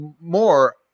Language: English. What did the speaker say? more